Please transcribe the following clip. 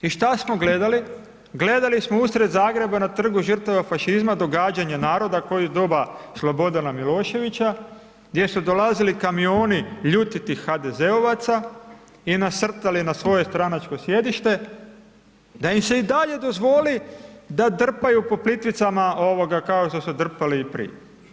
Gledali smo usred Zagreba na Trgu žrtava fašizma događanja naroda koji u doba Slobodana Miloševića gdje su dolazili kamioni ljutitih HDZ-ovaca i nasrtali na svoj stranačko sjedište, da im se dalje dozvoli da drpaju po Plitvicama kao što su drpali i prije.